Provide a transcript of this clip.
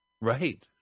Right